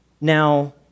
Now